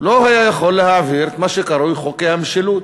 הוא לא היה יכול להעביר את מה שקרוי חוקי המשילות.